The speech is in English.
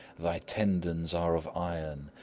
thy tendons are of iron,